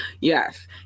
Yes